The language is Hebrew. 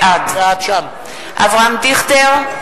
בעד אברהם דיכטר,